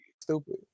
Stupid